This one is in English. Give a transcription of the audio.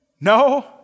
No